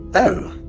oh!